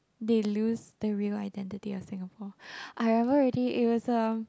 they lose the real identity of Singapore I remember already it was the